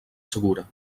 segura